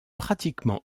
pratiquement